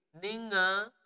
Ninga